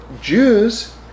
Jews